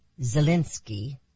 Zelensky